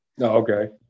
Okay